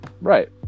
right